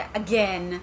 again